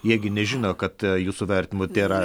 jie gi nežino kad jūsų vertinimu tėra